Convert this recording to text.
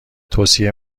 توصیه